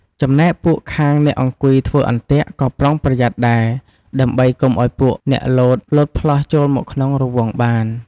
ចំណែកពួកខាងអ្នកអង្គុយធ្វើអន្ទាក់ ក៏ប្រុងប្រយ័ត្នដែរ ដើម្បីកុំឲ្យពួកអ្នកលោត លោតផ្លោះចូលមកក្នុងរង្វង់បាន។